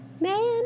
man